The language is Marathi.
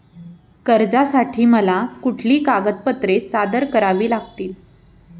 कर्जासाठी मला कुठली कागदपत्रे सादर करावी लागतील?